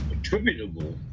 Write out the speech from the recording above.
Attributable